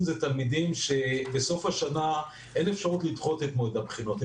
תלמידים בסוף השנה אין אפשרות לדחות את מועד הבחינות שלהם.